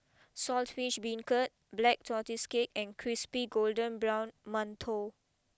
Saltish Beancurd Black Tortoise Cake and Crispy Golden Brown Mantou